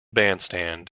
bandstand